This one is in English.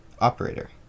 Operator